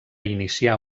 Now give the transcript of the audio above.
inicià